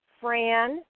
Fran